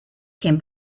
can